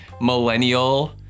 millennial